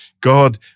God